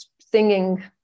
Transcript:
singing